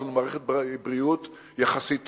יש לנו מערכת בריאות יחסית טובה.